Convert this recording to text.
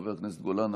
חבר הכנסת גולן,